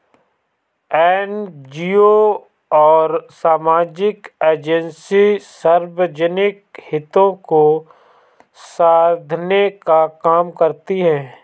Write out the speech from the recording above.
NGO और सामाजिक agency सार्वजनिक हितों को साधने का काम करती हैं